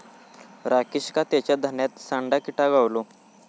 राकेशका तेच्या धान्यात सांडा किटा गावलो